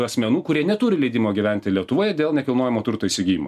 asmenų kurie neturi leidimo gyventi lietuvoje dėl nekilnojamo turto įsigijimo